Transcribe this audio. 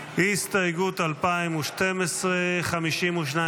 נצביע על הסתייגות 2012. הסתייגות 2012 כעת.